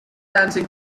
dancing